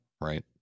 right